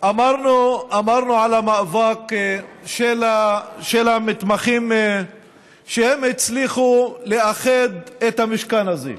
אמרנו על המאבק של המתמחים שהם הצליחו לאחד את המשכן הזה.